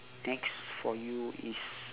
next for you is